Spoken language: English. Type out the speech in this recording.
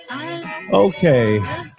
okay